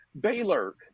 Baylor